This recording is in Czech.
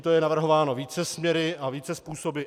To je navrhováno více směry a více způsoby.